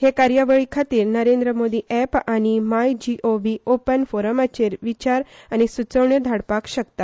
हे कार्यावळी खातीर नरेंद्र मोदी एक आनी मायजीओवी ओपन फोरमाचेर विचार आनी सुचोवण्यो धाडपाक शकतात